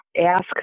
ask